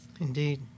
Indeed